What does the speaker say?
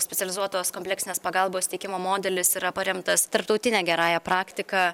specializuotos kompleksinės pagalbos teikimo modelis yra paremtas tarptautine gerąja praktika